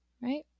right